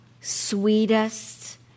sweetest